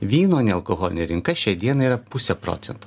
vyno nealkoholinio rinka šiai dienai yra pusę procento